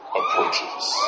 approaches